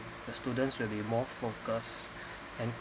the students will be more focused and